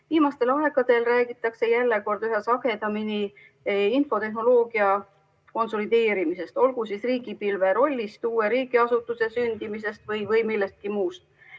Viimasel ajal räägitakse jälle üha sagedamini infotehnoloogia konsolideerimisest, olgu siis riigipilve rollist, uue riigiasutuse sündimisest või millestki muust.